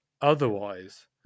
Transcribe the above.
otherwise